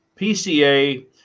PCA